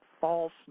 false